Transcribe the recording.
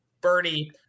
birdie